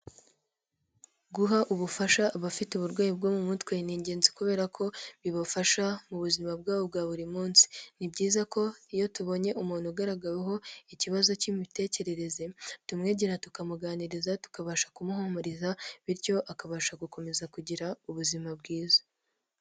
Guha ubufasha abafite uburwayi bwo mu mutwe, ni ingenzi kubera ko bibafasha mu buzima bwabo bwa buri munsi, ni byiza ko iyo tubonye umuntu ugaragaweho ikibazo cy'imitekerereze, tumwegera tukamuganiriza, tukabasha kumuhumuriza bityo akabasha gukomeza kugira ubuzima bwiza.